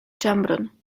ĉambron